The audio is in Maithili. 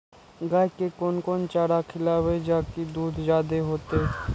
गाय के कोन कोन चारा खिलाबे जा की दूध जादे होते?